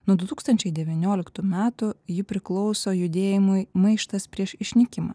nuo du tūkstančiai devyniuoliktų metų ji priklauso judėjimui maištas prieš išnykimą